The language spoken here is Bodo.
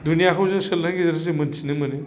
दुनियाखौ जों सोलोंनायनि गेजेरजोंसो मोन्थिनो मोनो